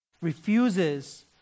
Refuses